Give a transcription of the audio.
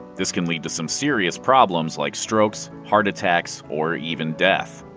this can lead to some serious problems, like strokes, heart attacks, or even death.